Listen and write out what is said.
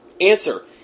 Answer